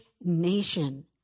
nation